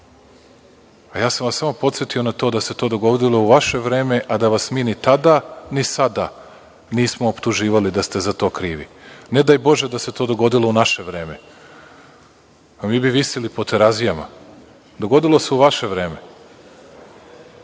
a ja sam vas samo podsetio na to da se to dogodilo u vaše vreme, a da vas mi ni tada ni sada nismo optuživali da ste za to krivi. Ne daj bože da se to dogodilo u naše vreme. Pa, mi bi visili po Terazijama. Dogodilo se u vaše vreme,